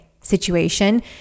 situation